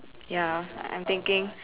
ya I'm thinking